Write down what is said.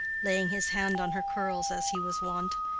laying his hand on her curls, as he was wont.